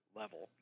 level